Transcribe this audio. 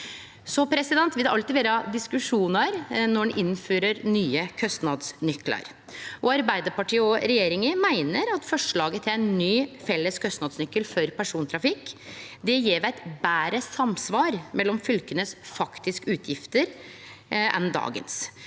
system. Det vil alltid vere diskusjonar når ein innfører nye kostnadsnyklar. Arbeidarpartiet og regjeringa meiner at forslaget til ein ny felles kostnadsnykel for persontrafikk gjev eit betre samsvar med fylka sine faktiske utgifter enn dagens